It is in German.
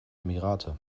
emirate